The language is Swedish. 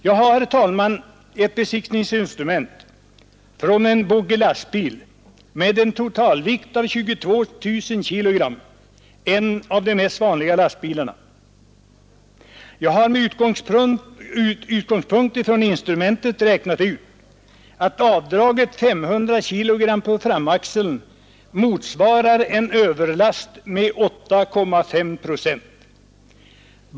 Jag har, herr talman, ett besiktningsinstrument från en boggielastbil med en totalvikt av 22 000 kg, en av de mest vanliga lastbilarna. Jag har med utgångspunkt från instrumentet räknat ut att avdraget 500 kg på framaxeln motsvarar en överlast med 8,5 procent.